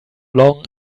long